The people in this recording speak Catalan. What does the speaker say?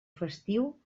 festiu